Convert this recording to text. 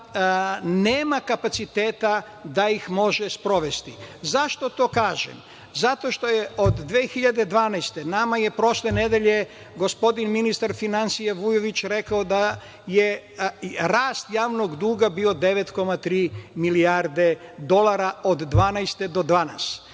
nema kapaciteta da ih može sprovesti. Zašto to kažem? Zato što je od 2012. godine, nama je prošle nedelje, gospodin ministar finansija Vujović, rekao da je rast javnog duga bio 9,3 milijarde dolara od 2012.